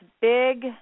big